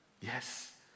yes